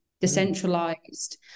decentralized